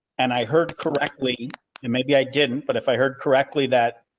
and i heard correctly and maybe i didn't, but if i heard correctly that.